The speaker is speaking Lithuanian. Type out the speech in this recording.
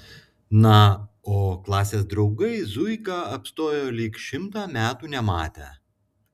na o klasės draugai zuiką apstojo lyg šimtą metų nematę